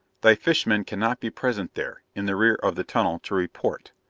thy fish-men cannot be present there, in the rear of the tunnel, to report.